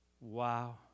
Wow